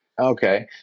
Okay